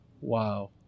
Wow